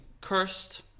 cursed